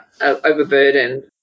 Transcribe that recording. overburdened